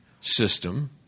system